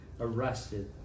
arrested